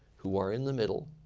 who are in the middle,